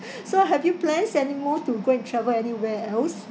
so have you plans anymore to go and travel anywhere else